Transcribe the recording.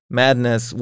madness